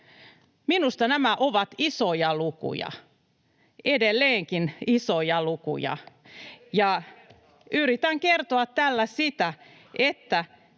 Minusta nämä ovat isoja lukuja, edelleenkin isoja lukuja. [Li Andersson: Mitä yritätte